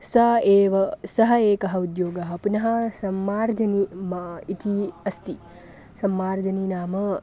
सा एव सः एकः उद्योगः पुनः सम्मार्जनी मा इति अस्ति सम्मार्जनी नाम